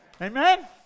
Amen